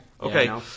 Okay